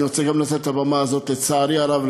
לצערי הרב,